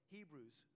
Hebrews